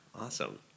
Awesome